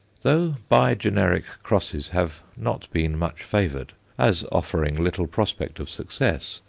though bi-generic crosses have not been much favoured, as offering little prospect of success,